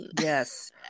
yes